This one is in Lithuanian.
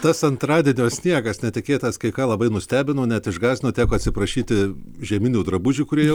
tas antradienio sniegas netikėtas kai ką labai nustebino net išgąsdino teko atsiprašyti žieminių drabužių kurie